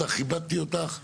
על